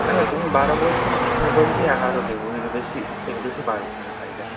আচ্ছা তুমি বারো বলছো আমি নাহয় বলছি এগারো দেবো এর বেশি এর বেশি পারবো না ভাই দেখো